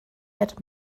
add